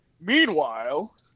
meanwhile